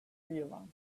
real